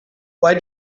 why